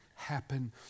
happen